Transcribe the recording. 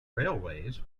railways